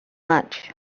much